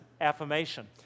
affirmation